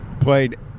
played